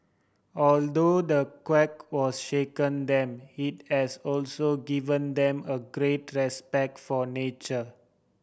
although the quake was shaken them it has also given them a great respect for nature